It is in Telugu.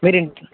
మీరు ఇంటి